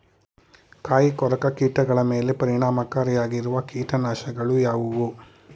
ಕಾಯಿಕೊರಕ ಕೀಟಗಳ ಮೇಲೆ ಪರಿಣಾಮಕಾರಿಯಾಗಿರುವ ಕೀಟನಾಶಗಳು ಯಾವುವು?